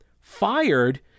fired